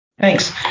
Thanks